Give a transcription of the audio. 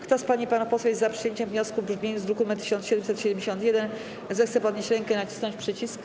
Kto z pań i panów posłów jest za przyjęciem wniosku w brzmieniu z druku nr 1771, zechce podnieść rękę i nacisnąć przycisk.